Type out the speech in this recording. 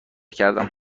کردم